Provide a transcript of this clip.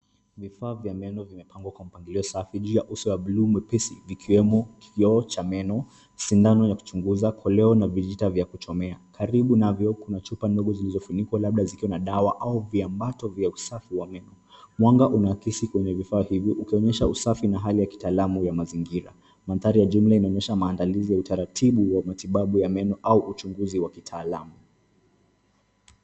Vifaa vya meno vimepangwa kwa mpangilio safi juu ya uso wa bluu mwepesi vikiwemo kioo cha meno, sindano ya kuchunguza, koleo na vijita vya kuchomea. Karibu navyo kuna chupa ndogo zilizofunikwa labda zikiwa na dawa au viambato vya usafi wa meno. Mwanga unaakisi kwenye vifaa hivi ukionyesha usafi na hali ya kitaalamu ya mazingira. Mandhari ya jumla inaonyesha maandalizi ya utaratibu wa matibabu ya meno au uchunguzi wa kitaalamu.